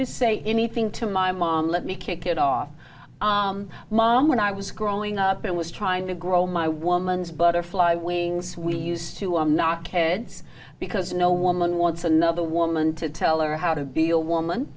to say anything to my mom let me kick it off mom when i was growing up it was trying to grow my woman's butterfly wings we used to arm knock heads because no woman wants another woman to tell her how to be a woman